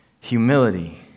humility